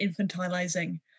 infantilizing